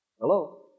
Hello